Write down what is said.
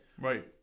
Right